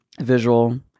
Visual